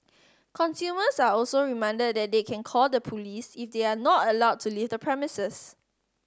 consumers are also reminded that they can call the police if they are not allowed to leave the premises